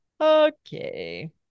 Okay